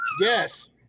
yes